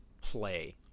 play